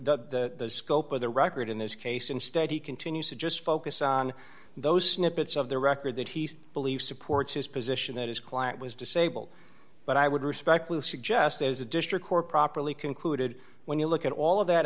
the scope of the record in this case instead he continues to just focus on those snippets of the record that he believes supports his position that his client was disabled but i would respectfully suggest as the district court properly concluded when you look at all of that